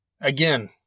again